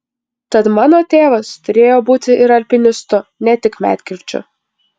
tad mano tėvas turėjo būti ir alpinistu ne tik medkirčiu